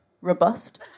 robust